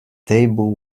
table